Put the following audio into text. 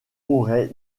auraient